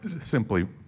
simply